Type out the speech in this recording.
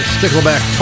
Stickleback